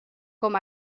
com